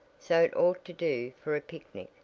so it ought to do for a picnic,